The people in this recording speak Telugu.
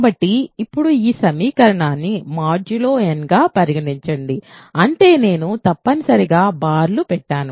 కాబట్టి ఇప్పుడు ఈ సమీకరణాన్ని మాడ్యులో n గా పరిగణించండి అంటే నేను తప్పనిసరిగా బార్లు పెట్టాను